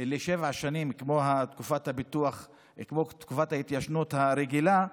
לשבע שנים, כמו תקופת ההתיישנות הרגילה.